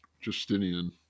Justinian